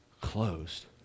closed